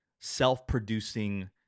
Self-producing